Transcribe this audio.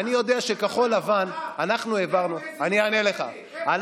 אני יודע שכחול לבן, אנחנו העברנו, יש לך הוכחה?